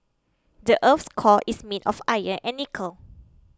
the earth's core is made of iron and nickel